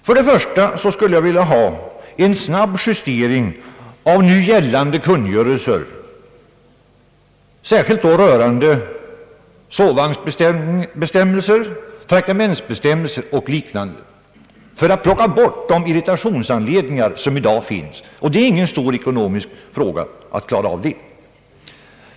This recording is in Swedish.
För det första skulle jag vilja ha en snabb justering av nu gällande kungörelser, särskilt sådana som innehåller sovvagnsbestämmelser, traktamentsbestämmelser och liknande, för att eliminera de irritationsanledningar, som i dag finns. Det är ingen stor ekonomisk fråga att klara av detta.